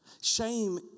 Shame